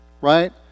Right